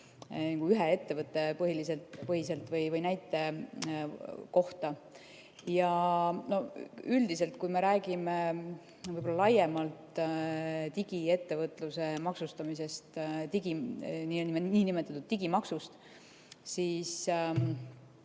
konkreetse portaali või näite kohta. Üldiselt, kui me räägime laiemalt digiettevõtluse maksustamisest, niinimetatud digimaksust, siis